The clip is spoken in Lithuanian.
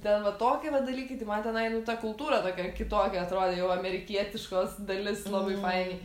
ten va toki va dalykai tai man tenai nu ta kultūra tokia kitokia atrodė jau amerikietiškos dalis labai fainiai